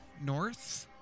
north